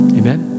amen